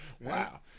wow